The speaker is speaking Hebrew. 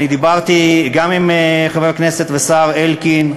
אני דיברתי גם עם חבר הכנסת והשר אלקין,